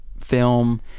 film